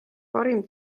parim